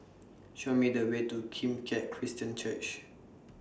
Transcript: Show Me The Way to Kim Keat Christian Church